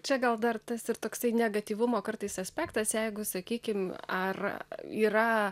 čia gal dar tas ir toksai negatyvumo kartais aspektas jeigu sakykim ar yra